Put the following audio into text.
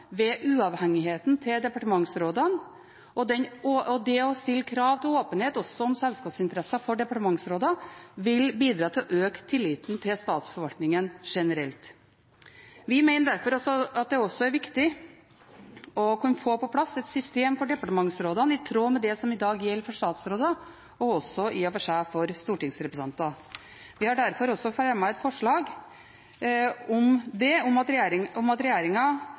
ved uavhengigheten til departementsrådene, og det å stille krav til åpenhet om selskapsinteresser også for departementsråder vil bidra til å øke tilliten til statsforvaltningen generelt. Vi mener derfor at det også er viktig å kunne få på plass et system for departementsrådene i tråd med det som i dag gjelder for statsråder, og også i og for seg for stortingsrepresentanter. Vi har derfor også fremmet et forslag om at regjeringen oppfordres til å vurdere om